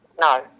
No